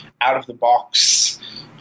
out-of-the-box